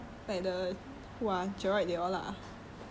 oh okay lah say he nice lah